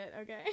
okay